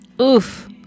Oof